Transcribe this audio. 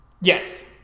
Yes